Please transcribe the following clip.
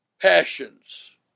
passions